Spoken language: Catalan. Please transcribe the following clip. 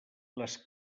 les